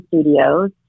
studios